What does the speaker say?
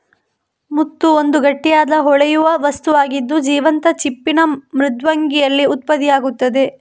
ಮುತ್ತು ಒಂದು ಗಟ್ಟಿಯಾದ, ಹೊಳೆಯುವ ವಸ್ತುವಾಗಿದ್ದು, ಜೀವಂತ ಚಿಪ್ಪಿನ ಮೃದ್ವಂಗಿಯಲ್ಲಿ ಉತ್ಪತ್ತಿಯಾಗ್ತದೆ